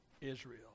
Israel